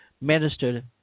minister